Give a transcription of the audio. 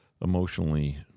emotionally